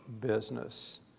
business